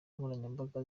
nkoranyambaga